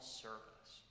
service